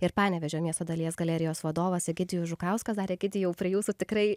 ir panevėžio miesto dalies galerijos vadovas egidijus žukauskas darė kiti jau prie jūsų tikrai